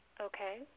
Okay